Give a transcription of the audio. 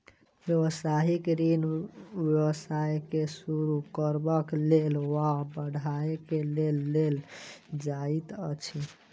व्यवसायिक ऋण व्यवसाय के शुरू करबाक लेल वा बढ़बय के लेल लेल जाइत अछि